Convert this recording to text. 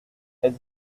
elle